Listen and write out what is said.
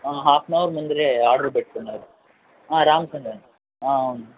half an hour ముందరే order పెట్టున్నారు అవును